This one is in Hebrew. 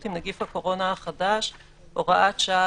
עם נגיף הקורונה החדש (הוראת שעה),